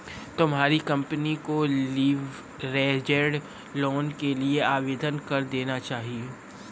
तुम्हारी कंपनी को leveraged loan के लिए आवेदन कर देना चाहिए